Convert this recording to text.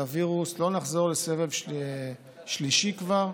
על הווירוס, לא נחזור לסבב שלישי כבר,